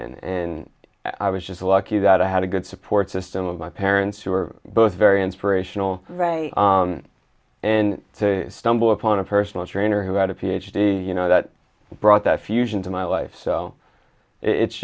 in i was just lucky that i had a good support system of my parents who were both very inspirational and to stumble upon a personal trainer who had a ph d you know that brought that fusion to my life so it's